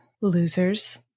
losers